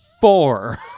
four